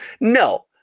No